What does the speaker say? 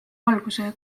alguse